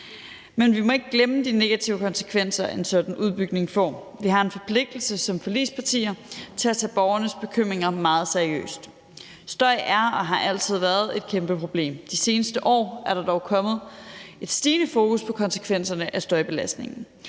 Men vi må ikke glemme de negative konsekvenser, en sådan udbygning får. Vi har som forligspartier en forpligtelse til at tage borgernes bekymringer meget seriøst. Støj er og har altid været et kæmpe problem. De seneste år er der dog kommet et stigende fokus på konsekvenserne af støjbelastningen.